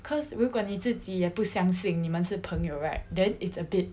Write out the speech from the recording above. cause 如果你自己也不相信你们是朋友 right then it's a bit